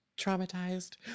traumatized